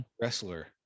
wrestler